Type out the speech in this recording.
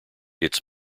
its